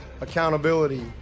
accountability